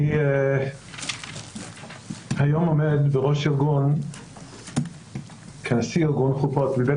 אני היום עומד כנשיא ארגון "חופות" מבית